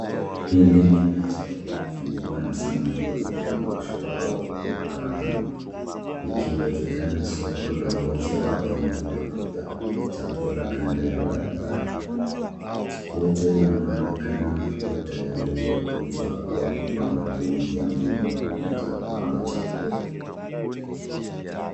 Hili ni meza iliyofunikwa na samaki waliokaushwa au kukaangwa, ikiwezekana soko la wazi au eneo la kuuza chakula kando ya barabara. Wote wanaonekana kuwa tayari kwa kuuzwa au kwa matumizi ya moja kwa moja kama chakula.